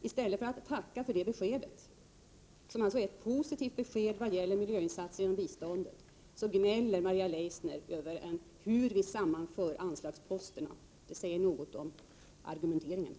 I stället för att tacka för det beskedet, som alltså är ett positivt besked i vad gäller miljöinsatser inom biståndet, gnäller Maria Leissner över hur vi sammanför anslagsposter — Prot. 1988/89:6